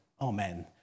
Amen